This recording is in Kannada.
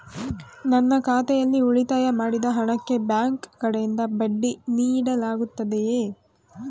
ನನ್ನ ಖಾತೆಯಲ್ಲಿ ಉಳಿತಾಯ ಮಾಡಿದ ಹಣಕ್ಕೆ ಬ್ಯಾಂಕ್ ಕಡೆಯಿಂದ ಬಡ್ಡಿ ನೀಡಲಾಗುತ್ತದೆಯೇ?